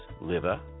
liver